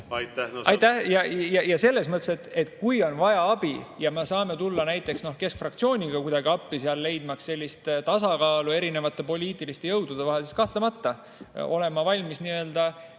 Aitäh! Selles mõttes, et kui on vaja abi ja me saame tulla näiteks keskfraktsiooniga kuidagi appi leidmaks tasakaalu erinevate poliitiliste jõudude vahel, siis kahtlemata olen ma valmis tulema